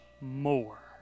more